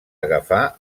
agafar